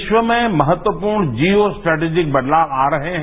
विश्व में महत्वपूर्ण जीयो स्ट्रैटेजिक बदलाव आ रहे हैं